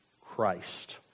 Christ